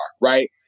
Right